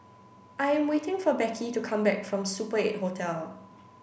I am waiting for Beckie to come back from Super Eight Hotel